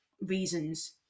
reasons